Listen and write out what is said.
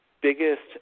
biggest